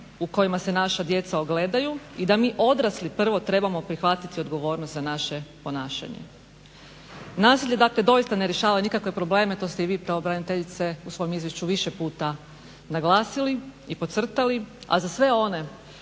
u kojima se naša djeca ogledaju i da mi odrasli prvo trebamo prihvatiti odgovornost za naše ponašanje. Nasilje, dakle doista ne rješavana nikakve probleme to ste i vi pravobraniteljice u svom izvješću više puta naglasili i podcrtali, a za sve one